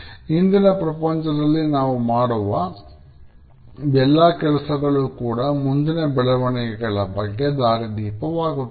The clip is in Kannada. ಇಂದಿನ ಪ್ರಪಂಚದಲ್ಲಿ ನಾವು ಮಾಡುವ ಎಲ್ಲ ಕೆಲಸಗಳು ಕೂಡ ಮುಂದಿನ ಬೆಳವಣಿಗೆಗಳ ಬಗ್ಗೆ ದಾರಿದೀಪವಾಗುತ್ತದೆ